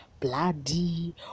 Bloody